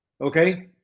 Okay